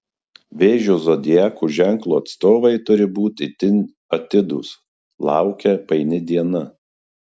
vėžio zodiako ženklo atstovai turi būti itin atidūs laukia paini diena